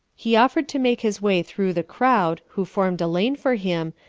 he offered to make his way through the crowd, who formed a lane for him,